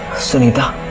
sunita,